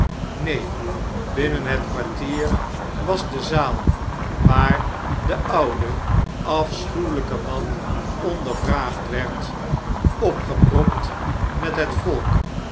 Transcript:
neen binnen het kwartier was de zaal waar de oude afschuweljjke man ondervraagd werd in londen en parijs opgepropt met het volk